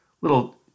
little